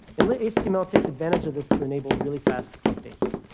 and lit-html takes advantage of this to enable really fast updates.